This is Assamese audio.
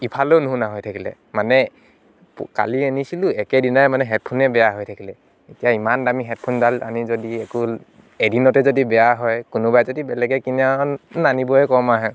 ইফালেও নুশুনা হৈ থাকিলে মানে পু কালি আনিছিলোঁ একেদিনাই মানে হেডফোনেই বেয়া হৈ থাকিলে এতিয়া ইমান দামী হেডফোনডাল আনি যদি একো এদিনতে যদি বেয়া হয় কোনোবাই যদি বেলেগে কিনা হন নানিবয়ে ক'ম আহে